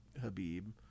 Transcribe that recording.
Habib